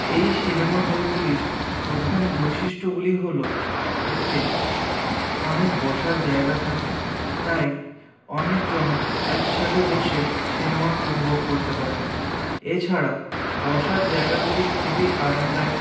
এই সিনেমা হলগুলির প্রধান বৈশিষ্ট্যগুলি হল এতে অনেক বসার জায়গা থাকে তাই অনেকজন একসাথে বসে সিনেমা উপভোগ করতে পারেন এছাড়া বসার জায়গাগুলি খুবই আরামদায়ক